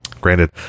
Granted